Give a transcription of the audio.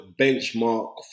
benchmark